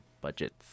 budgets